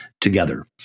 together